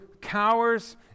cowers